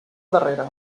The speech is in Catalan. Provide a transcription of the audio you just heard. darrere